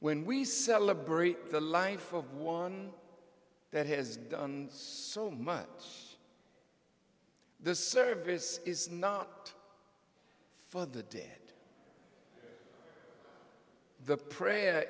when we celebrate the life of one that has done so much the service is not for the dead the prayer